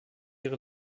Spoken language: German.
ihre